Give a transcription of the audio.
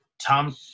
Tom